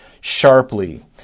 sharply